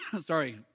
Sorry